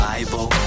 Bible